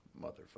motherfucker